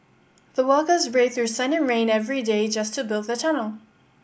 the workers braved through sun and rain every day just to build the tunnel